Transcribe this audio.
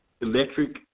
electric